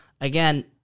Again